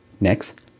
next